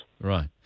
Right